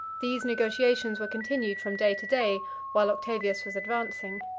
these negotiations were continued from day to day while octavius was advancing.